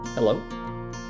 Hello